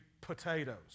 potatoes